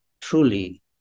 truly